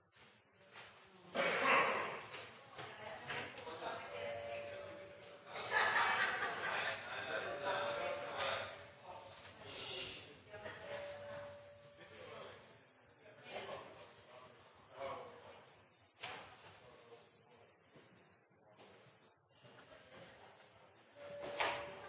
er